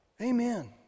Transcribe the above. Amen